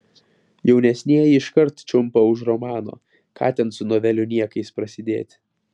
jaunesnieji iškart čiumpa už romano ką ten su novelių niekais prasidėti